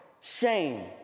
shame